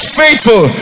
faithful